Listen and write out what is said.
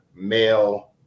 male